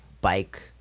bike